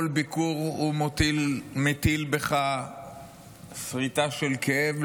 כל ביקור מטיל בך סריטה של כאב.